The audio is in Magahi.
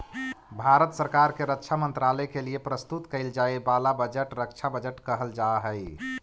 भारत सरकार के रक्षा मंत्रालय के लिए प्रस्तुत कईल जाए वाला बजट रक्षा बजट कहल जा हई